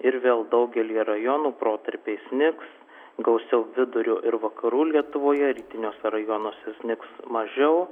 ir vėl daugelyje rajonų protarpiais snigs gausiau vidurio ir vakarų lietuvoje rytiniuose rajonuose snigs mažiau